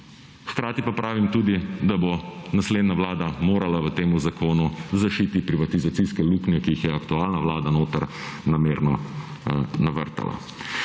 Hkrati pa pravim tudi, da bo naslednja Vlada morala v temu zakonu zašiti privatizacijske luknje, ki jih je aktualna Vlada noter namerno navrtala.